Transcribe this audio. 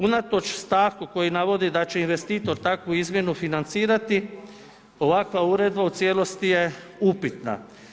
Unatoč stavku koji navodi da će investitor takvu izmjenu financirati, ovakva Uredba u cijelosti je upitna.